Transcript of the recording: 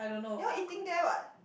you all eating there what